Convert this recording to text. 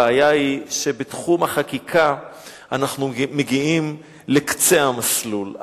הבעיה היא שבתחום החקיקה אנחנו מגיעים לקצה המסלול.